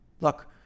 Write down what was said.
Look